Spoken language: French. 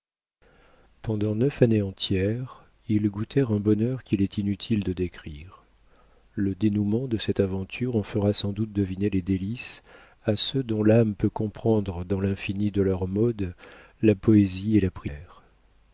pendant neuf années entières ils goûtèrent un bonheur qu'il est inutile de décrire le dénouement de cette aventure en fera sans doute deviner les délices à ceux dont l'âme peut comprendre dans l'infini de leurs modes la poésie et la prière